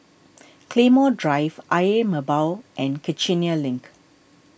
Claymore Drive Ayer Merbau Road and Kiichener Link